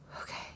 Okay